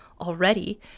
already